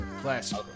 classic